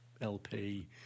LP